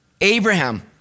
Abraham